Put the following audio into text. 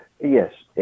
Yes